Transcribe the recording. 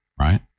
Right